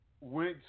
went